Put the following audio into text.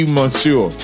monsieur